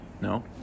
No